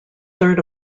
third